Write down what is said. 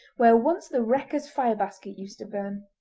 where once the wreckers' fire basket used to burn.